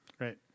Right